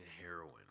heroin